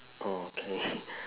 orh K